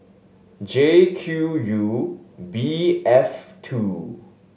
J Q U B F two